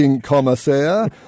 commissaire